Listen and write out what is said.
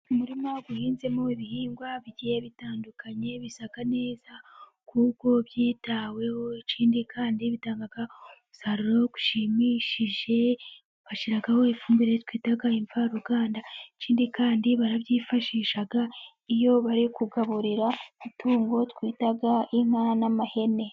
Umurima uhinzemo ibihingwa bigiye bitandukanye bisa neza, kuko byitaweho ikindi kandi bitanga umusaruro ushimishije. Bashyiraho ifumbire twita imvaruganda ikindi kandi barabyifashisha iyo bari kugaburira itungo twita inka n'amahene.